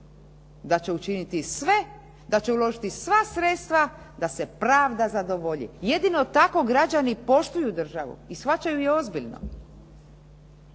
da će učiniti sve, da će uložiti sva sredstva da se pravda zadovolji. Jedino tako građani poštuju državu i shvaćaju je ozbiljno.